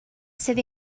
sydd